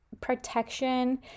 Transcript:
protection